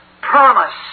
promise